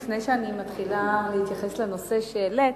לפני שאני מתחילה להתייחס לנושא שהעלית,